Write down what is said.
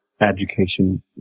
education